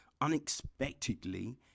Unexpectedly